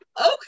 Okay